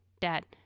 Dad